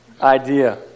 idea